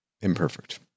imperfect